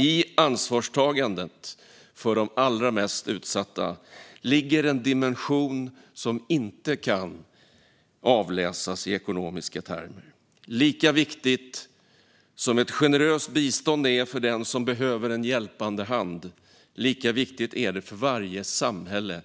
I ansvarstagandet när det gäller de allra mest utsatta ligger en dimension som inte kan avläsas i ekonomiska termer. Lika viktigt som ett generöst bistånd är för den som behöver en hjälpande hand är det att varje samhälle